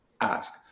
ask